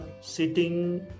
sitting